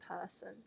person